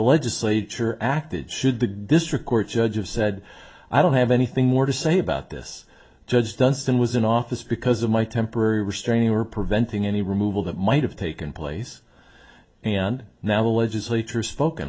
legislature acted should the district court judge of said i don't have anything more to say about this judge dunstan was in office because of my temporary restraining order preventing any removal that might have taken place and now the legislature spoke